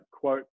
quote